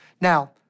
Now